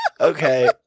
Okay